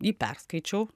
jį perskaičiau